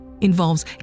involves